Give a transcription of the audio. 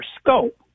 scope